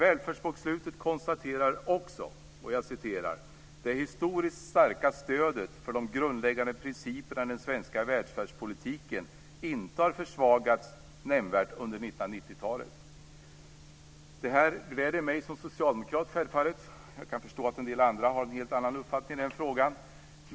Välfärdsbokslutet konstaterar också: Det historiskt starka stödet för de grundläggande principerna i den svenska välfärdspolitiken har inte försvagats nämnvärt under 1990-talet. Detta gläder mig som socialdemokrat. Jag kan förstå att en del andra har en helt annan uppfattning i det fallet.